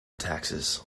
taxes